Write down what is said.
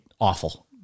awful